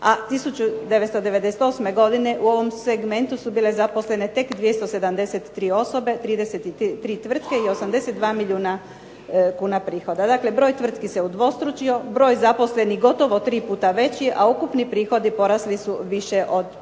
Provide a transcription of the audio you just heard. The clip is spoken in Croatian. A 1998. godine u ovom segmentu su bile zaposlene tek 273 osobe, 33 tvrtke i 82 milijuna kuna prihoda. Dakle broj tvrtki se udvostručio, broj zaposlenih gotovo tri puta veći, a ukupni prihodi porasli su više od pet puta.